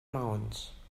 maons